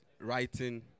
writing